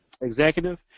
executive